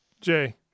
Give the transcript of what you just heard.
jay